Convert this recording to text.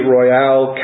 Royale